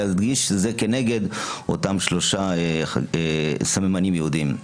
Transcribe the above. להדגיש שזה כנגד אותם שלושה סממנים יהודיים.